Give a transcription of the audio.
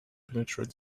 penetrate